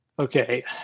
Okay